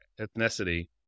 ethnicity